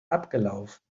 abgelaufen